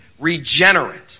regenerate